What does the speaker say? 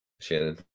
Shannon